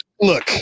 Look